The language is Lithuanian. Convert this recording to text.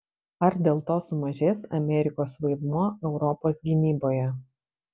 ar dėl to sumažės amerikos vaidmuo europos gynyboje